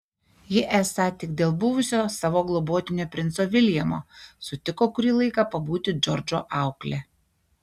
ji esą tik dėl buvusio savo globotinio princo viljamo sutiko kurį laiką pabūti džordžo aukle